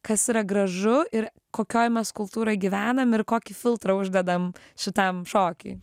kas yra gražu ir kokioj mes kultūroj gyvenam ir kokį filtrą uždedam šitam šokiui